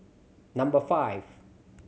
number five